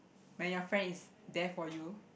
when your friend is there for you